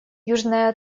южная